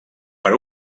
per